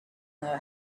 know